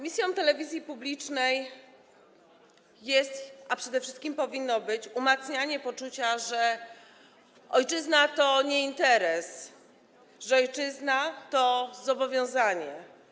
Misją telewizji publicznej jest, a przede wszystkim powinno być, umacnianie poczucia, że ojczyzna to nie interes, że ojczyzna to zobowiązanie.